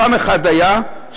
פעם אחת היה,